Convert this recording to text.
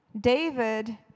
David